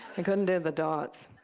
i couldn't do the dots.